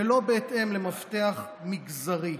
ולא בהתאם למפתח מגזרי.